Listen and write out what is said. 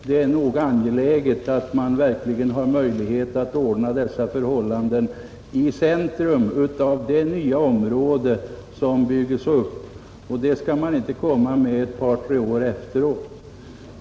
Det är angeläget att man verkligen har möjlighet att ordna denna kyrkliga verksamhet i centrum av det nya område som bygges upp. Man skall inte komma med lokalerna först ett par år efteråt.